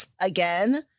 again